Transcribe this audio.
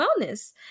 wellness